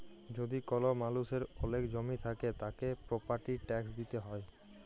যদি কল মালুষের ওলেক জমি থাক্যে, তাকে প্রপার্টির ট্যাক্স দিতে হ্যয়